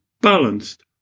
balanced